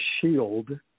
shield